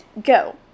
go